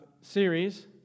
series